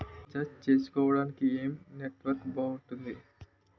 Recharge చేసుకోవటానికి ఏం network బాగుంది?